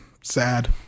sad